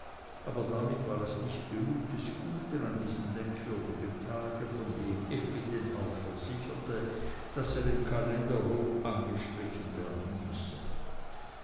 aber damit war es nicht genug des guten an diesem merkwürdigen tag von dem effi denn auch versicherte daß er im kalender rot angestrichen werden müsse